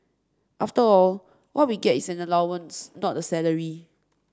after all what we get is an allowance not a salary